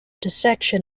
dissection